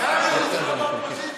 הוא איתך באופוזיציה.